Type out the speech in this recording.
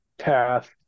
path